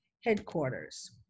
headquarters